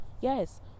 Yes